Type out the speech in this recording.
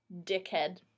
dickhead